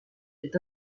est